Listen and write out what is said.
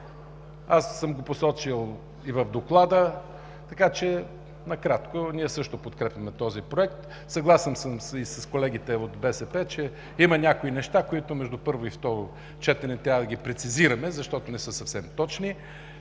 аз съм го посочил и в Доклада. Ние също подкрепяме този проект. Съгласен съм и с колегите от БСП, че има някои неща, които между първо и второ четене трябва да ги прецизираме, защото не са съвсем точни